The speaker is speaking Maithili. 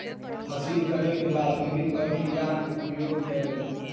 फसिल कटै के बाद विभिन्न प्रक्रियाक उपयोग कयलैन